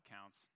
counts